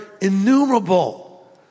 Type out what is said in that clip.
innumerable